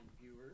viewers